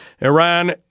Iran